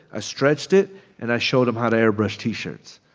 ah stretched it and i showed them how to airbrush t-shirts.